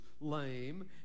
lame